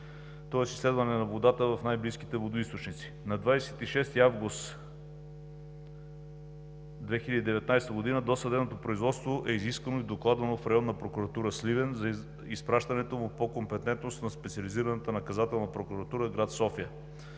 тоест изследване на водата в най-близките водоизточници. На 26 август 2019 г. досъдебното производство е изискано и докладвано в Районна прокуратура – Сливен, за изпращането по компетентност на Специализираната наказателна прокуратура – София,